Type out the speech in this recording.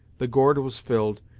the gourd was filled,